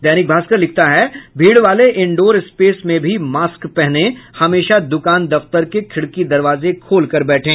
दैनिक भास्कर लिखता है भीड़ वाले इनडोर स्पेस में भी मास्क पहनें हमेशा दुकान दफ्तर के खिड़की दरवाजे खोलकर बैठें